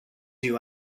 you